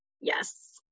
Yes